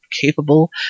capable